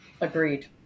Agreed